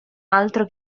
altro